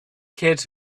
kid